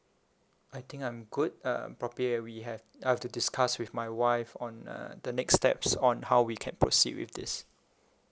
I think I'm good uh probably we have I've to discuss with my wife on uh the next steps on how we can proceed with this